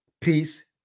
peace